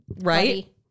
Right